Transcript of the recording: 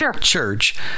church